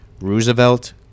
Roosevelt